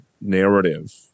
narrative